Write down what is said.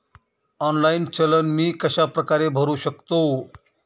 Online चलन मी कशाप्रकारे भरु शकतो?